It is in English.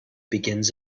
begins